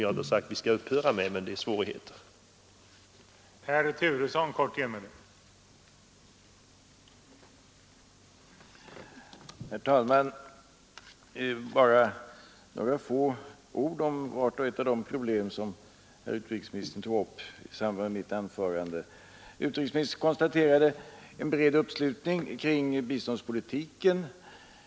Jag har inte sagt att vi skall upphöra med vårt stöd till dem, men det är svårigheter i detta avseende.